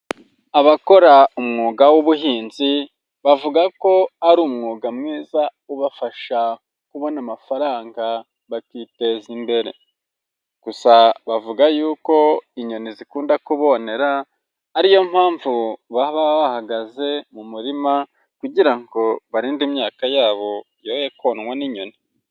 Abakora umwuga w'ubuhinzi bavuga ko ari umwuga mwiza ubafasha kubona amafaranga bakiteza imbere, gusa bavuga yuko inyoni zikunda kubonera ariyo mpamvu baba bahagaze mu murima kugira ngo barinde imyaka yabo yoye konwa n'inyoni.